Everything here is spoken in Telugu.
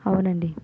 అవును అండి